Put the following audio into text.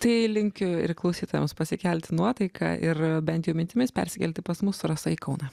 tai linkiu ir klausytojams pasikelti nuotaiką ir bent jau mintimis persikelti pas mus rasa į kauną